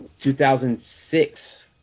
2006